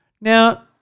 Now